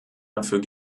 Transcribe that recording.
dafür